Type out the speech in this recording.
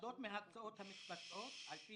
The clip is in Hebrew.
אחדות מן ההקצאות מתבצעות על פי